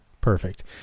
perfect